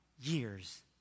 years